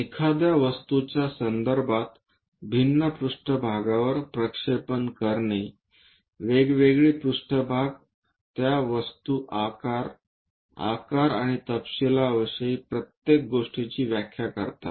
एखाद्या वस्तूचा संदर्भात भिन्न पृष्ठभागवर प्रक्षेपण करणे वेगवेगळी पृष्ठभाग त्या वस्तू आकार आकार आणि तपशिलाविषयी प्रत्येक गोष्टीची व्याख्या करतात